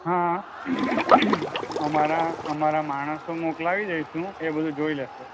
હાં અમારા હાં અમારા માણસો મોકલાવી દઇશું એ બધું જોઈ લેશે